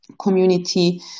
community